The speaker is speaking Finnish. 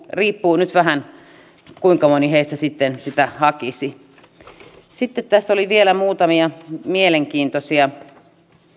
riippuu nyt vähän siitä kuinka moni heistä sitten sitä hakisi sitten tässä tutkimuksessa olisi vielä muutamia mielenkiintoisia